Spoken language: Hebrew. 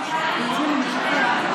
תעבור להמשך דיון בוועדת הכנסת.